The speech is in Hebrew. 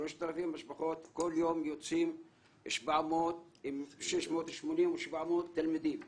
כל יום יוצאים 680-700 תלמידים